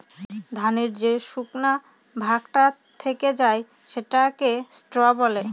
ধানের যে শুকনা ভাগটা থেকে যায় সেটাকে স্ত্র বলে